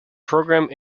program